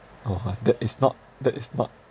oh my that is not that is not